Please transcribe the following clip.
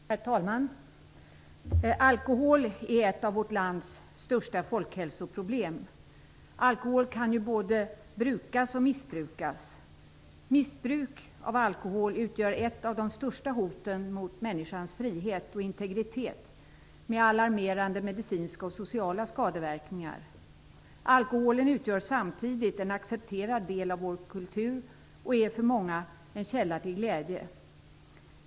Herr talman! Alkohol är ett av vårt lands största folkhälsoproblem. Alkoholen kan ju både brukas och missbrukas. Missbruk av alkohol utgör ett av de största hoten mot människans frihet och integritet, med alarmerande medicinska och sociala skadeverkningar. Alkoholen utgör samtidigt en accepterad del av vår kultur och är för många en källa till glädje.